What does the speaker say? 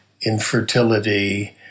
infertility